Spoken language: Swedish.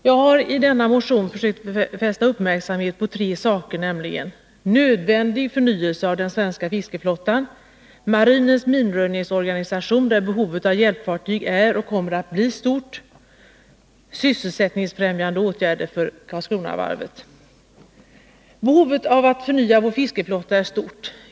Jag har i denna motion försökt fästa uppmärksamheten på tre saker, nämligen nödvändig förnyelse av den svenska fiskeflottan, marinens minröjningsorganisation, där behovet av hjälpfartyg är och kommer att bli stort, samt sysselsättningsfrämjande åtgärder för Karlskronavarvet. Behovet av att förnya vår fiskeflotta är stort.